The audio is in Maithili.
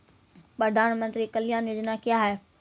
प्रधानमंत्री कल्याण योजना क्या हैं?